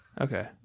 Okay